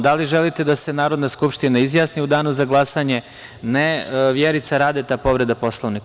Da li želite da se Narodna skupština izjasni u danu za glasanje? (Ne.) Reč ima Vjerica Radeta, povreda Poslovnika.